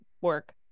work